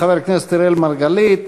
חבר הכנסת אראל מרגלית,